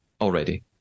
already